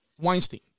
Weinstein